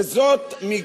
כי זה שטח